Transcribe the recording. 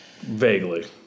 vaguely